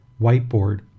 whiteboard